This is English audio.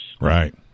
Right